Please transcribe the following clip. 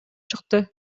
чыкты